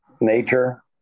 nature